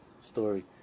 story